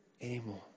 anymore